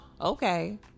Okay